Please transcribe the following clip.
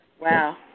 Wow